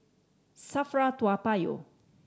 SAFRA Toa Payoh